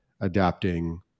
adapting